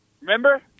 Remember